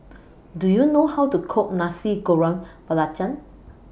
Do YOU know How to Cook Nasi Goreng Belacan